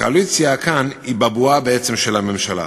הקואליציה כאן היא בעצם בבואה של הממשלה,